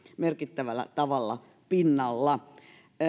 merkittävällä tavalla pinnalla